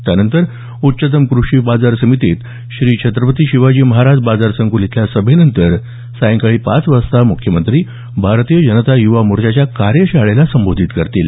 त्यानंतर उच्चतम कृषी बाजार समितीत श्री छत्रपती शिवाजी महाराज बाजार संकुल इथल्या सभेनंतर सायंकाळी पाच वाजता मुख्यमंत्री भारतीय जनता युवा मोर्चाच्या कार्यशाळेला संबोधित करतील